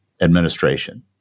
administration